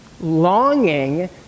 longing